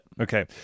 Okay